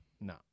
No